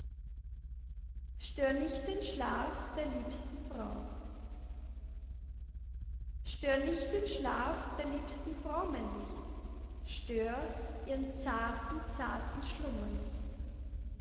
stör nicht den schlaf der liebsten frau stör nicht den schlaf der liebsten frau mein licht stör ihren zarten zarten schlummer nicht